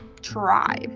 try